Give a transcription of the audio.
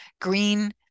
green